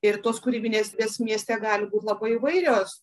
ir tos kūrybinės ės mieste gali būt labai įvairios